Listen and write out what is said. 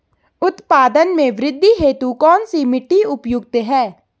उत्पादन में वृद्धि हेतु कौन सी मिट्टी उपयुक्त है?